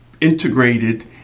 integrated